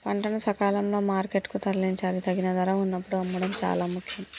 పంటను సకాలంలో మార్కెట్ కు తరలించాలి, తగిన ధర వున్నప్పుడు అమ్మడం చాలా ముఖ్యం